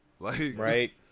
right